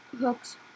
hooks